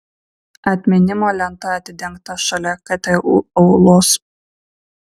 atminimo lenta atidengta šalia ktu aulos